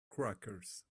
crackers